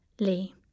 Lee